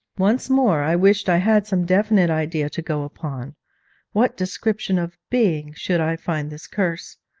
once more i wished i had some definite idea to go upon what description of being should i find this curse?